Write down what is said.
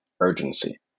urgency